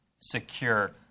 secure